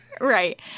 Right